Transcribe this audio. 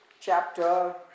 chapter